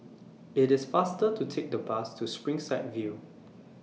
IT IS faster to Take The Bus to Springside View